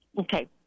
Okay